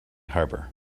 harbour